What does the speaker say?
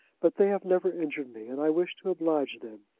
but they have never injured me, and i wish to oblige them.